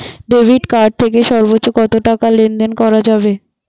Debit card থেকে সর্বোচ্চ কত টাকা লেনদেন করা যাবে?